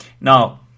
now